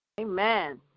Amen